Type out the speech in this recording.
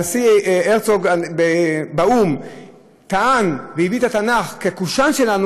כשהנשיא הרצוג טען באו"ם והביא את התנ"ך כקושאן שלנו,